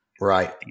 Right